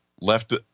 left